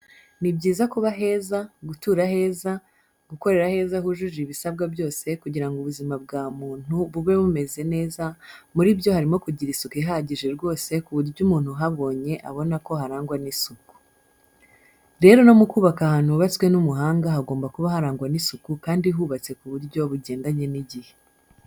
Ni byiza kuba heza, gutura aheza, gukorera aheza hujuje ibisabwa byose kugira ngo ubuzima bwa muntu bube bumeze neza muri byo harimo kugira isuku ihagije rwose ku buryo umuntu uhabonye abona ko haragwa n'isuku. Rero no mu kubaka ahantu hubatswe n'umuhanga hagomba kuba harangwa n'isuku kandi hubatse ku buryo bugendanye n'igihe.